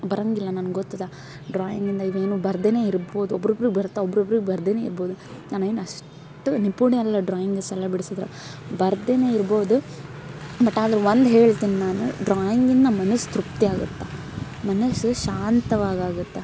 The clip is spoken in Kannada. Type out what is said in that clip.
ಬರಂಗಿಲ್ಲ ನನ್ಗೊತ್ತದ ಡ್ರಾಯಿಂಗಿಂದ ಏನು ಬರ್ದೇನೆ ಇರ್ಬೋದು ಒಬ್ರೊಬ್ರಗೆ ಬರ್ತಾವು ಒಬ್ರೊಬ್ರಗೆ ಬರ್ದೇನೆ ಇರ್ಬೋದು ನಾನೇನು ಅಷ್ಟು ನಿಪುಣೆ ಅಲ್ಲ ಡ್ರಾಯಿಂಗ್ ಅಷ್ಟೆಲ್ಲ ಬಿಡ್ಸಿದ್ರ ಬರ್ದೇನೆ ಇರ್ಬೋದು ಬಟ್ ಆದರು ಒಂದು ಹೇಳ್ತೀನಿ ನಾನು ಡ್ರಾಯಿಂಗಿಂದ ಮನಸ್ಸು ತೃಪ್ತಿ ಆಗತ್ತೆ ಮನಸ್ಸು ಶಾಂತವಾಗಾಗತ್ತೆ